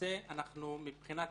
למעשה מבחינת